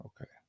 okay